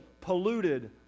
polluted